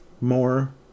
more